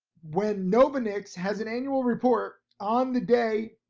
when novonix has an annual report on the day,